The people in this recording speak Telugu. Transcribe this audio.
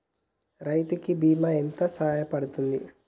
రైతు కి బీమా ఎంత సాయపడ్తది?